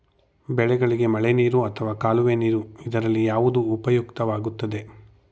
ಬೆಳೆಗಳಿಗೆ ಮಳೆನೀರು ಅಥವಾ ಕಾಲುವೆ ನೀರು ಇದರಲ್ಲಿ ಯಾವುದು ಉಪಯುಕ್ತವಾಗುತ್ತದೆ?